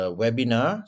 webinar